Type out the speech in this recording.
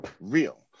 Real